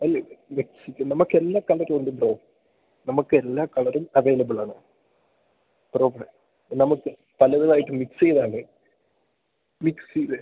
അല്ല നമുക്കെല്ലാ കളറുമുണ്ട് ബ്രോ നമുക്ക് എല്ലാ കളറും അവൈലബ്ള് ആണ് ബ്രോ നമുക്ക് പലതുമായിട്ട് മിക്സ് ചെയ്താണ് മിക്സ് ചെയ്ത്